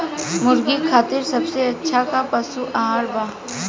मुर्गा खातिर सबसे अच्छा का पशु आहार बा?